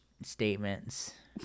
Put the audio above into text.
statements